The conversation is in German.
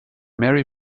mary